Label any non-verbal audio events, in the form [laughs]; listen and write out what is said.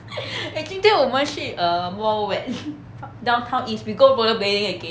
[laughs] eh 今天我们去 um wild wild wet downtown east we go roller blading again